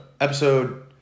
episode